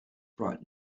brought